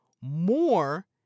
more